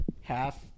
half